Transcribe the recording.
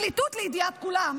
לידיעת כולם,